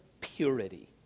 purity